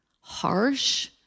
harsh